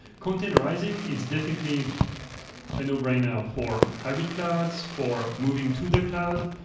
containerizing, it's definitely a no-brainer for hybrid clouds, for moving to the cloud.